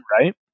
right